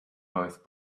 both